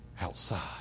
outside